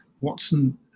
Watson